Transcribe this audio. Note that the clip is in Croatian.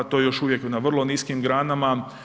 To je još uvijek na vrlo niskim granama.